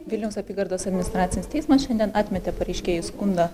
vilniaus apygardos administracinis teismas šiandien atmetė pareiškėjų skundą